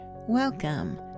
Welcome